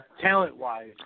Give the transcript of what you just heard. talent-wise